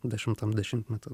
dešimtam dešimtmety